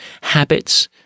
Habits